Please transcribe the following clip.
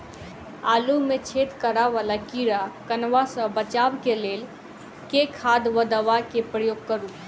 आलु मे छेद करा वला कीड़ा कन्वा सँ बचाब केँ लेल केँ खाद वा दवा केँ प्रयोग करू?